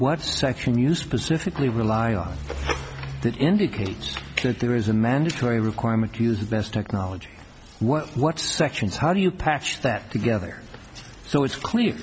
what section you specifically rely on that indicates that there is a mandatory requirement to use the best technology what what sections how do you patch that together so it's clea